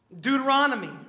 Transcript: Deuteronomy